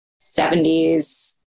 70s